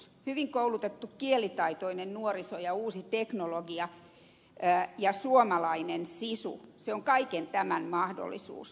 hyvin koulutettu kielitaitoinen nuoriso ja uusi teknologia ja suomalainen sisu se on kaiken tämän mahdollisuus